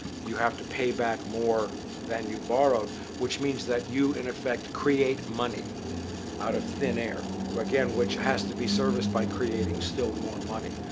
you have to pay back more than you borrowed which means that you, in effect, create money out of thin air, again which has to be serviced by creating still more money.